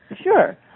Sure